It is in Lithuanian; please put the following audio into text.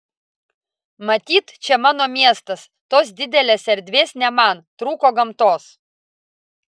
matyt čia mano miestas tos didelės erdvės ne man trūko gamtos